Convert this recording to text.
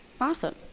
Awesome